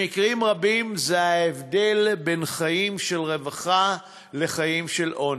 במקרים רבים זה ההבדל בין חיים של רווחה לחיים של עוני.